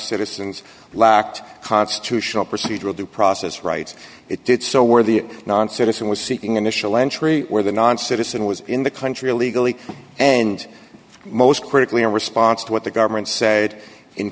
citizens lacked constitutional procedural due process rights it did so where the non citizen was seeking initial entry where the non citizen was in the country illegally and most critically in response to what the government said in